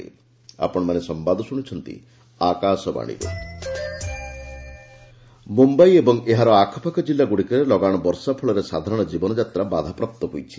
ମ୍ନମ୍ଘାଇ rain Mumbai ଏବଂ ଏହା ଆଖପାଖ ଜିଲ୍ଲାଗୁଡ଼ିକରେ ଲଗାଣ ବର୍ଷା ଫଳରେ ସାଧାରଣ ଜୀବନଯାତ୍ରା ବାଧାପ୍ରାପ୍ତ ହୋଇଛି